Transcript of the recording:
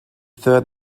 third